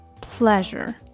pleasure